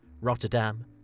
Rotterdam